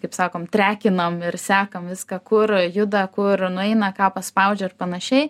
kaip sakom trekinam ir sekam viską kur juda kur nueina ką paspaudžia ir panašiai